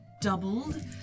doubled